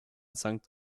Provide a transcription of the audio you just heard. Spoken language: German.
sankt